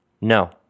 No